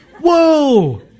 Whoa